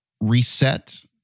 reset